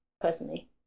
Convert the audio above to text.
personally